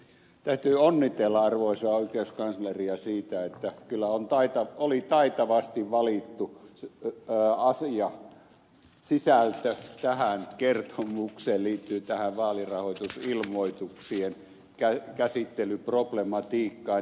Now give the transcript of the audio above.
täytyy onnitella arvoisaa oikeuskansleria siitä että kyllä oli taitavasti valittu asiasisältö tähän kertomukseen liittyen tähän vaalirahoitusilmoituksien käsittelyproblematiikkaan